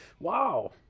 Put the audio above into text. Wow